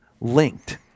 linked